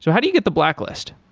so how do you get the blacklist?